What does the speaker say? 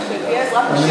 להפך, שתהיה עזרת נשים